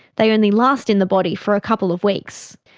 they only last in the body for a couple of weeks.